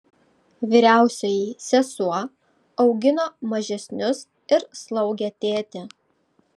vyriausioji sesuo augino mažesnius ir slaugė tėtį